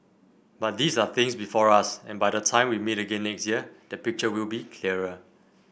but these are things before us and by the time we meet again next year the picture will be clearer